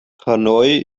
hanoi